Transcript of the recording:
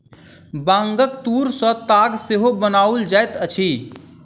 बांगक तूर सॅ ताग सेहो बनाओल जाइत अछि